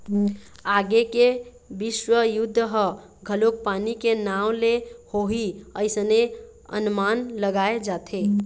आगे के बिस्व युद्ध ह घलोक पानी के नांव ले होही अइसने अनमान लगाय जाथे